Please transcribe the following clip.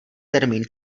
termín